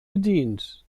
gedient